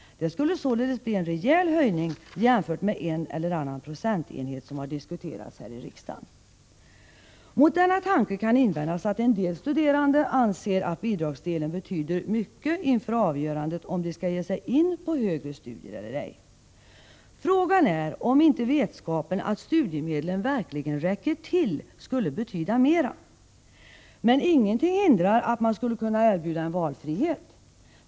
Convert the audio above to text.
Det skulle således bli en rejäl höjning jämfört med en eller annan procentenhet, som har diskuterats här i riksdagen. Mot denna tanke kan invändas att en del studerande anser att bidragsdelen betyder mycket inför avgörandet om de skall ge sig in på högre studier eller ej. Frågan är om inte vetskapen att studiemedlen verkligen räcker till skulle betyda mera. Men ingenting hindrar att man skulle kunna erbjuda en valfrihet.